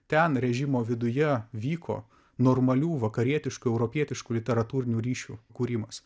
ten režimo viduje vyko normalių vakarietiškų europietiškų literatūrinių ryšių kūrimas